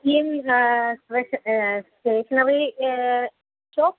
किं stationery shop